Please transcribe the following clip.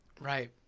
right